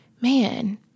man